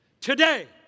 today